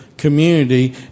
Community